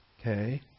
Okay